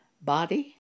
body